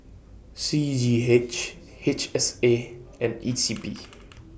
C G H H S A and E C P